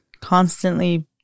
constantly